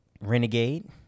Renegade